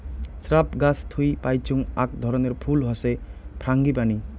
shrub গাছ থুই পাইচুঙ আক ধরণের ফুল হসে ফ্রাঙ্গিপানি